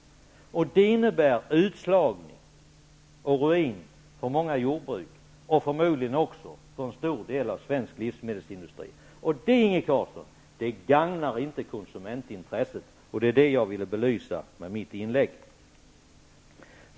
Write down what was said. Det innebär utslagning och ruin för många jordbruk och förmodligen också för en stor del av svensk livsmedelsindustri. Det gagnar inte konsumentintresset, Inge Carlsson. Det var detta jag ville belysa med mitt inlägg.